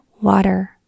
water